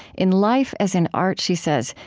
in life as in art, she says,